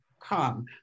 come